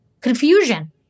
confusion